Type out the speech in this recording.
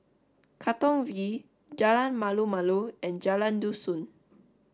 Katong V Jalan Malu Malu and Jalan Dusun